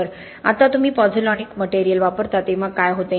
आता तुम्ही pozzolanic material वापरता तेव्हा काय होते